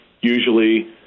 usually